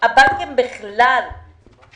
מצד אחד,